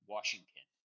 Washington